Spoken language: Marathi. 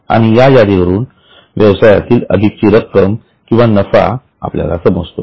आणि या यादीवरून व्यवसायातील अधिकची रक्कम किंवा नफा आपल्याला समजतो